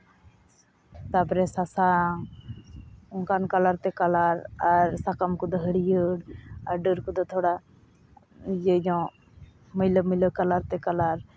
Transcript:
ᱛᱟᱯᱚᱨᱮ ᱥᱟᱥᱟᱝ ᱚᱝᱠᱟᱱ ᱠᱟᱞᱟᱨ ᱛᱮ ᱠᱟᱞᱟᱨ ᱟᱨ ᱥᱟᱠᱟᱢ ᱠᱚᱫᱚ ᱦᱟᱹᱲᱭᱟᱹᱨ ᱟᱨ ᱰᱟᱹᱨ ᱠᱚᱫᱚ ᱛᱷᱚᱲᱟ ᱤᱭᱟᱹ ᱧᱚᱜ ᱢᱟᱹᱭᱞᱟᱹ ᱢᱟᱹᱭᱞᱟᱹ ᱠᱟᱞᱟᱨ ᱛᱮ ᱠᱟᱞᱟᱨ